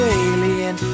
alien